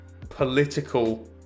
political